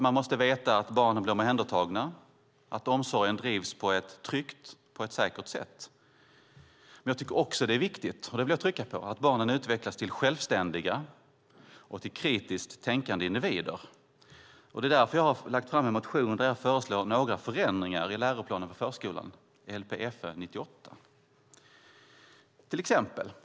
Man måste veta att barnen blir omhändertagna, att omsorgen drivs på ett tryggt och säkert sätt. Men det är också viktigt - det vill jag trycka på - att barnen utvecklas till självständiga och kritiskt tänkande individer. Därför har jag väckt en motion där jag föreslår några ändringar i läroplanen för förskolan, Lpfö 98.